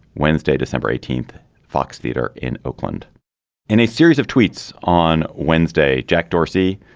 wednesday december eighteenth fox theater in oakland in a series of tweets. on wednesday jack dorsey